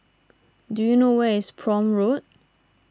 do you know where is Prome Road